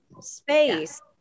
space